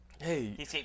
Hey